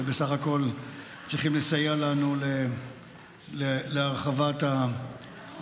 שבסך הכול צריכים לסייע לנו להרחבת ההתיישבות,